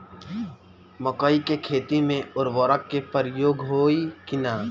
मकई के खेती में उर्वरक के प्रयोग होई की ना?